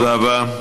תודה רבה.